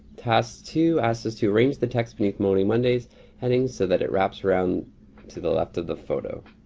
task two asks us to arrange the text beneath moaning monday's headings so that it wraps around to the left of the photo.